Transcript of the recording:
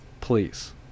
Please